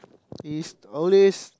is always